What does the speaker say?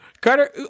Carter